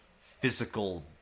physical